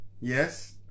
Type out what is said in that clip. yes